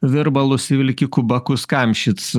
virbalus į vilkikų bakus kamšyt